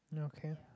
okay